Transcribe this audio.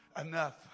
enough